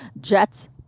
Jets